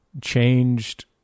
changed